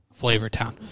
Flavortown